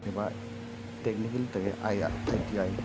एबा टेकनिकेलनि थाखाय आइ टि आइ